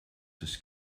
das